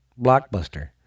Blockbuster